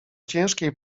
ciężkiej